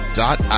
dot